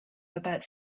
about